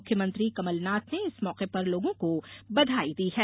मुख्यमंत्री कमलनाथ ने इस मौके पर लोगों को बधाई दी है